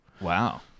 wow